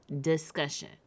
discussion